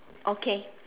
okay